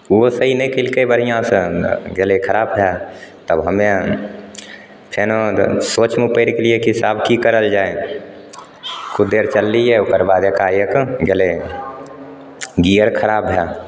ओहो सही नहि केलकै बढ़िआँसे गेलै खराब भै तब हमे फेनो सोचमे पड़ि गेलिए कि से आब करल जाइ किछु देर चललिए ओकरबाद एकाएक गेलै गिअर खराब भै